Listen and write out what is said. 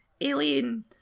alien